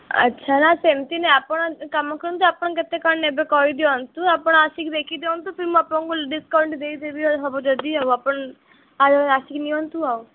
ଆଚ୍ଛା ନାଁ ସେମିତି ନାଇଁ ଆପଣ କାମ କରନ୍ତୁ ଆପଣ କେତେ କ'ଣ ନେବେ କହିଦିଅନ୍ତୁ ଆପଣ ଆସିକି ଦେଖି ଦିଅନ୍ତୁ ଫିର୍ ମୁଁ ଆପଣଙ୍କୁ ଡିସ୍କାଉଣ୍ଟ୍ ଦେଇଦେବି ହବ ଯଦି ଆଉ ଆପଣ ଆସିକି ନିଅନ୍ତୁ ଆଉ